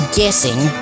guessing